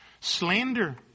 slander